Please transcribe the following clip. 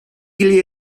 kili